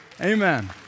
Amen